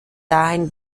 darin